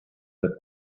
that